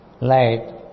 light